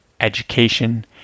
education